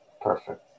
Perfect